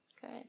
Good